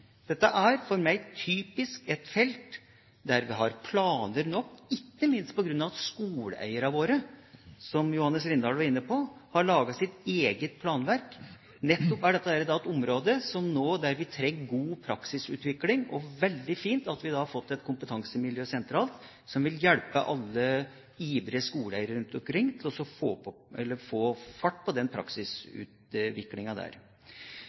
For meg er dette typisk et felt der vi har planer nok. Ikke minst på grunn av at skoleeierne våre, som Johannes Rindal var inne på, har laget sitt eget planverk, er nettopp dette et område der vi trenger god praksisutvikling. Det er veldig fint at vi da har fått et kompetansemiljø sentralt som vil hjelpe alle ivrige skoleeiere rundt omkring til å få fart på denne praksisutviklingen. Partiet Høyre er f.eks. veldig bevisst på